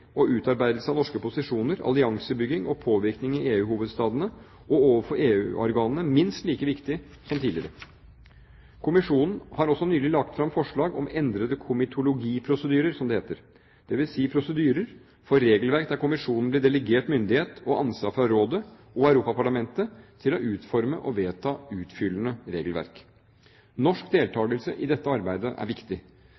og utarbeidelse av norske posisjoner, alliansebygging og påvirkning i EU-hovedstedene og overfor EU-organene minst like viktig som tidligere. Kommisjonen har også nylig lagt fram forslag om endrede komitologi-prosedyrer, som det heter, dvs. prosedyrer for regelverk der kommisjonen blir delegert myndighet og ansvar fra rådet og Europaparlamentet til å utforme og vedta utfyllende regelverk. Norsk